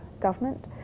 government